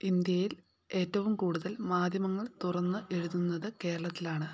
ഇന്ത്യയിൽ ഏറ്റവും കൂടുതൽ മാധ്യമങ്ങൾ തുറന്നു എഴുതുന്നത് കേരളത്തിലാണ്